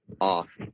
off